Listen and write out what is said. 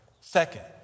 Second